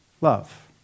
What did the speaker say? love